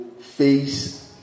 face